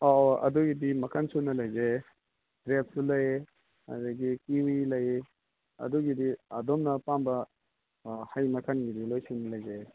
ꯑꯣ ꯑꯣ ꯑꯗꯨꯒꯤꯗꯤ ꯃꯈꯟ ꯁꯨꯅ ꯂꯩꯖꯩ ꯒ꯭ꯔꯦꯞꯁꯨ ꯂꯩ ꯑꯗꯒꯤ ꯀꯤꯋꯤ ꯂꯩ ꯑꯗꯨꯒꯤꯗꯤ ꯑꯗꯣꯝꯅ ꯑꯄꯥꯝꯕ ꯍꯩ ꯃꯈꯟꯒꯤꯗꯤ ꯂꯣꯏ ꯁꯨꯅ ꯂꯩꯖꯩ